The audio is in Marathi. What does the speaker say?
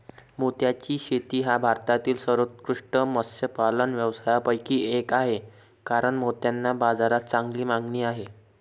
मोत्याची शेती हा भारतातील सर्वोत्कृष्ट मत्स्यपालन व्यवसायांपैकी एक आहे कारण मोत्यांना बाजारात चांगली मागणी आहे